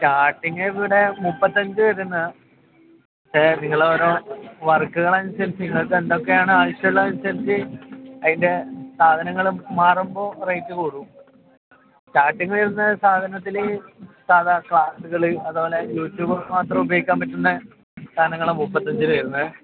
starting ഇവിടെ മുപ്പത്തി അഞ്ച് വരുന്നത് പക്ഷേ നിങ്ങളെ ഓരോ വർക്കുകൾ അനുസരിച്ചു നിങ്ങൾക്ക് എന്തൊക്കെയാണ് ആവശ്യമുള്ളത് അനുസരിച്ചു അതിൻ്റെ സാധനങ്ങൾ മാറുമ്പോൾ റേറ്റ് കൂടും സ്റ്റാർട്ടിങ് വരുന്നത് സാധനത്തിൽ സാധാ ക്ലാസ്സുകൾ അതുപോലെ യൂട്യൂബ മാത്രം ഉപയോഗിക്കാൻ പറ്റുന്ന സാധനങ്ങൾ മുപ്പത്തി അഞ്ച് വരുന്നത്